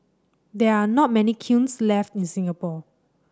there are not many kilns left in Singapore